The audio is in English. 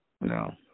No